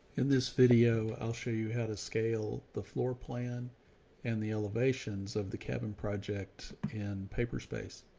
in this video, i'll show you how to scale the floor plan and the elevations of the cabin project and paper space.